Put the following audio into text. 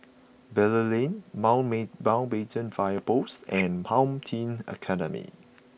Bilal Lane Mountbatten Fire Post and Home Team Academy